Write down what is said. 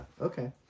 okay